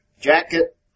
jacket